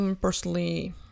Personally